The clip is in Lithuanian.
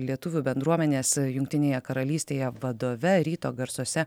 lietuvių bendruomenės jungtinėje karalystėje vadove ryto garsuose